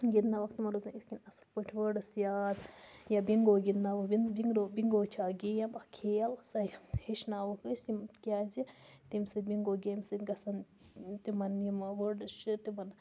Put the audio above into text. گِنٛدنا ووکھ تِمَن روزَن اِتھ پٲٹھۍ اَصل پٲٹھۍ وٲڈس یاد یا بِنٛگو گِنٛدناووکھ بِنٛگو چھِ اکھ گیم اکھ کھیل سۄے ہیٚچھناووکھ أسۍ یِم کیازِ تمہِ سۭتۍ بِنٛگو گیمہِ سۭتۍ گَژھَن تِمَن یِم وٲڈس چھِ تِمَن